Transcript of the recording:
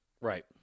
Right